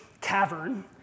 cavern